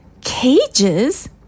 Cages